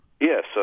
Yes